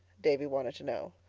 davy wanted to know.